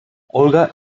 olga